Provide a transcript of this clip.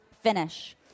finish